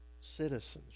citizens